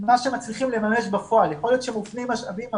מה שמצליחים לממש בפועל יכול להיות שמופנים משאבים,